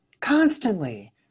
constantly